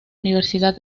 universidad